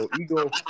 ego